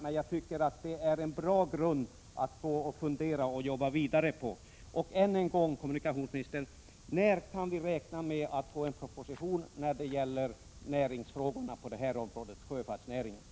Men jag tycker att det är en bra grund att fundera och jobba vidare på. Än en gång, kommunikationsministern, när kan vi räkna med att få en proposition gällande näringsfrågorna på detta område, dvs. sjöfartsnäringen?